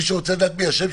מי שרוצה לדעת מי אשם,